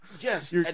Yes